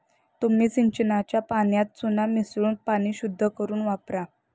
तुम्ही सिंचनाच्या पाण्यात चुना मिसळून पाणी शुद्ध करुन वापरा